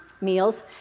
meals